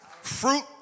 Fruit